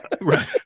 right